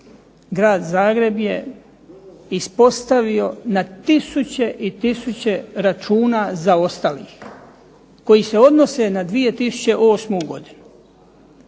grad Zagreb je ispostavio na tisuće i tisuće računa zaostalih koji se odnose na 2008. godinu.